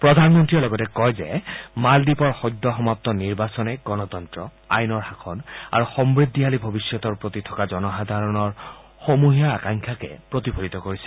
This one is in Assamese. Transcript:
প্ৰধানমন্ত্ৰীয়ে লগতে কয় যে মালদ্বীপৰ সদ্য সমাপ্ত নিৰ্বাচনে গণতন্ত্ৰ আইনৰ শাসন আৰু সমূদ্ধিশালী ভৱিষ্যতৰ প্ৰতি থকা জনসাধাৰণৰ উমৈহতীয়া আকাংক্ষাকে প্ৰতিফলিত কৰিছে